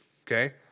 Okay